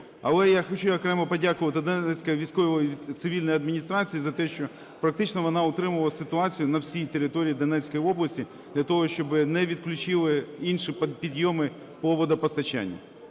Але я хочу окремо подякувати Донецькій військовій цивільній адміністрації за те, що практично вона утримала ситуацію на всій території Донецької області для того, щоб не відключили інші підйоми по водопостачанню.